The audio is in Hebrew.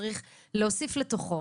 שצריך להוסיף לתוכו